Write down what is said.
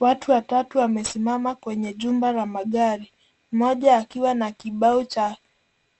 Watu watatu wamesimama kwenye jumba la magari, mmoja akiwa na kibao cha